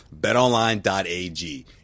BetOnline.ag